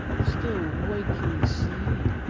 still-waking sleep,